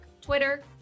Twitter